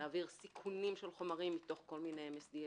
להעביר סיכונים של חומרים מתוך כל מיני MNDS-ים.